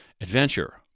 adventure